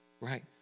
right